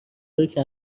روکه